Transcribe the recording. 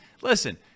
Listen